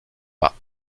pas